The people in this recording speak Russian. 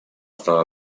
стала